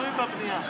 שינויים בבנייה.